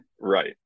Right